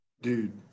Dude